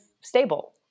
stable